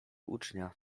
ucznia